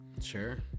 Sure